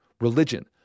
religion